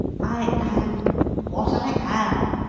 i am what i am,